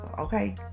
okay